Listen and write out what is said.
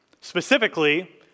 Specifically